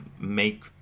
make